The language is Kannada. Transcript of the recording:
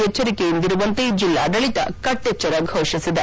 ಎಚ್ಛರಿಕೆಯಿಂದಿರುವಂತೆ ಜಿಲ್ಲಾಡಳಿತ ಕಟ್ಟೆಚ್ಚರ ಘೋಷಿಸಿದೆ